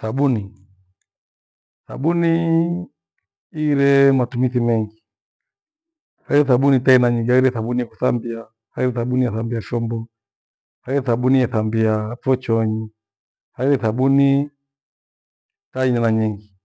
Thabuni, thabunii highire matumithi mengi. Haghire thabuni ta aina nyingi, haghire sabuni ya kuthambia, hayo thabuni yathambia shombo. Haghire thabuni yethambiaa pho chooni, haghire thabuni ta aina nyingi.